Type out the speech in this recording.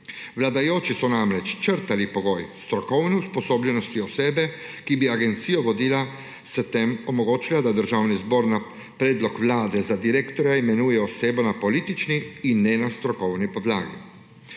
Vladajoči so namreč črtali pogoj strokovne usposobljenosti osebe, ki bi agencijo vodila, in s tem omogočili, da Državni zbor na predlog Vlade za direktorja imenuje osebo na politični in ne na strokovni podlagi.